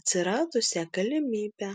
atsiradusią galimybę